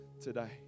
today